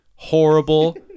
Horrible